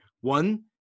one